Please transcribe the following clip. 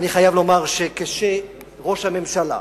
אני חייב לומר שכשראש הממשלה